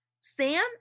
Sam